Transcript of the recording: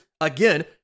again